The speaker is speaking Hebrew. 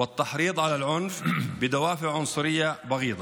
להרגיש לליבם של העניים וחסרי הכול.